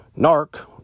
narc